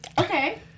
Okay